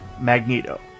Magneto